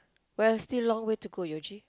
well still long way to go you actually